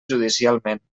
judicialment